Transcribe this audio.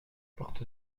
porte